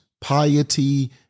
piety